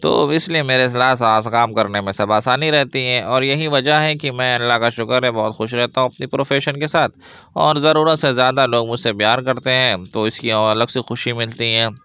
تو وہ اس لیے میرے کام کرنے میں سب آسانی رہتی ہے اور یہی وجہ ہے کہ میں اللہ کا شکر ہے میں بہت خوش رہتا ہوں اپنی پروفیشن کے ساتھ اور ضرورت سے زیادہ لوگ مجھ سے پیار کرتے ہیں تو اس کی اور الگ سے خوشی ملتی ہے